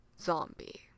Zombie